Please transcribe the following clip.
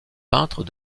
peintre